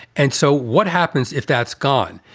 and so what happens if that's gone?